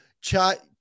Chat